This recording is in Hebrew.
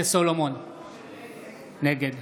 נגד